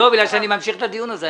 לא, בגלל שאני ממשיך את הדיון זה.